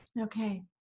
Okay